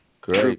Great